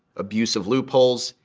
abusive loopholes,